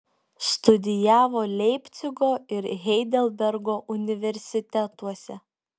studijavo leipcigo ir heidelbergo universitetuose